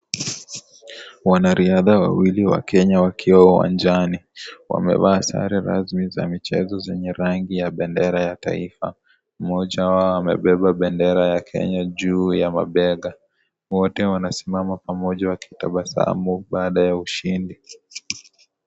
Wanariadha wawili wa kenya wakio uwanjani wamevaa sare rasmi za michezo zenye rangi ya bendera ya taifa. Mmoja wao amebeba bendera ya Kenya juu ya mabega. Wote wanasimama pamoja wakitabasamu baada ya ushindi.